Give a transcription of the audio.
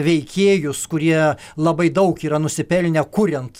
veikėjus kurie labai daug yra nusipelnę kuriant